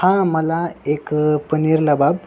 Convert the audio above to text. हां मला एक पनीर लबाब